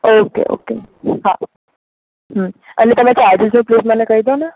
okay okay હા અને તમે ચાર્જીસનું પ્લીઝ મને કહી દો ને